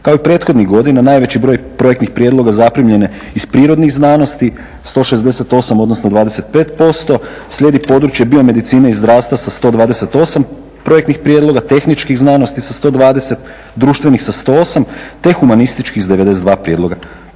Kao i prethodnih godina najveći broj projektnih prijedloga zaprimljen je iz prirodnih znanosti 168 odnosno 25%, slijedi područje biomedicine i zdravstva sa 128 projektnih prijedloga, tehničkih znanosti sa 120, društveni sa 108 te humanistički s 92 prijedloga